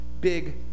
big